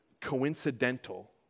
coincidental